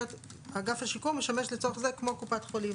האגף לשיקום משמש לצורך זה כמו קופת חולים,